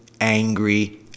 angry